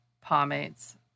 pomades